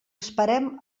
esperem